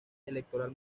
electoral